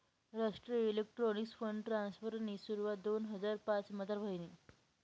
राष्ट्रीय electronics fund ट्रान्स्फरनी सुरवात दोन हजार पाचमझार व्हयनी